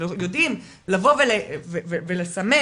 ויודעים לבוא ולסמן